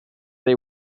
they